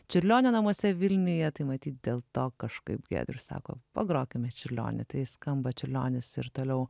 čiurlionio namuose vilniuje tai matyt dėl to kažkaip giedrius sako pagrokime čiurlionį tai skamba čiurlionis ir toliau